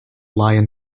lion